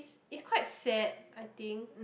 it's quite sad I think